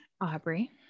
aubrey